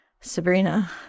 Sabrina